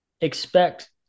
expect